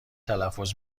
تلفظ